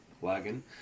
wagon